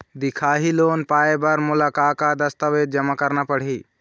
दिखाही लोन पाए बर मोला का का दस्तावेज जमा करना पड़ही?